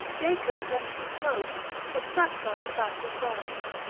jacob rent his clothes, put sackcloth about his loins,